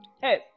Hey